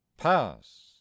Pass